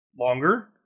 longer